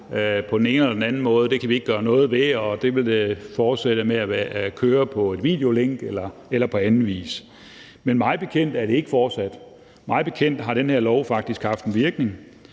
på den ene eller den anden måde; at det kan vi ikke gøre noget ved; og at det alligevel vil køre på et videolink eller på anden vis. Men mig bekendt er det ikke fortsat. Mig bekendt har den her lov faktisk haft en virkning